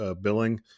billing